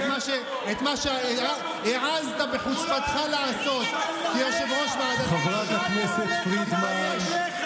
את מה שהעזת בחוצפתך לעשות כיושב-ראש ועדת חוץ וביטחון.